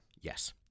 Yes